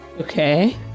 okay